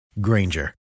Granger